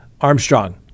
Armstrong